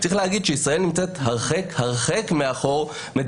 בוודאי ביחס לרכיב של תושבי הכפרים הלא מוכרים שאין בהם מבני